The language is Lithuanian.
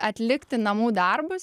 atlikti namų darbus